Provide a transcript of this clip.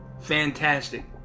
Fantastic